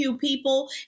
people